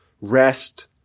rest